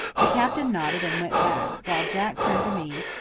the captain nodded and went back, while jack turned to me,